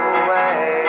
away